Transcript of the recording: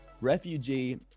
refugee